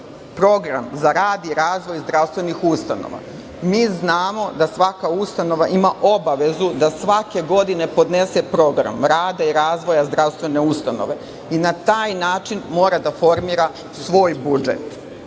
program za rad i razvoj zdravstvenih ustanova? Mi znamo da svaka ustanova ima obavezu da svake godine podnese programa rada i razvoja zdravstvene ustanove i na taj način mora da formira svoj budžet. Ako